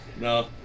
no